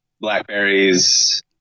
blackberries